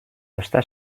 està